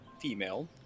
female